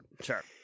sure